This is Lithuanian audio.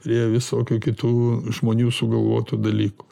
prie visokių kitų žmonių sugalvotų dalykų